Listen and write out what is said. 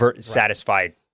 satisfied